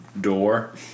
door